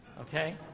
okay